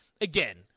again